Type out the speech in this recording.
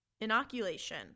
inoculation